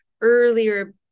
earlier